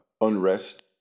unrest